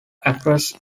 acres